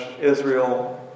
Israel